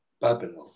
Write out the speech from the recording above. Babylon